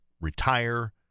retire